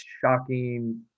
shocking